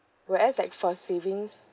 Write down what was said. whereas like for savings